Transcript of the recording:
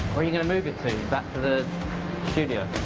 are you going to move it to, back to the studio?